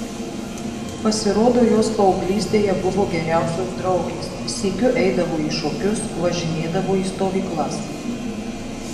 pasirodo jos paauglystėje buvo geriausios draugės sykiu eidavo į šokius važinėdavo į stovyklas